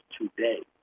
today